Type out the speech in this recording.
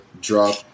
drop